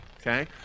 okay